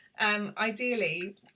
ideally